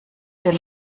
den